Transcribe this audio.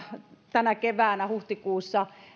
tänä keväänä huhtikuussa